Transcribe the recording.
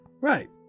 Right